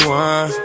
one